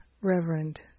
Reverend